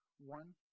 one